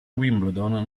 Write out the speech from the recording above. wimbledon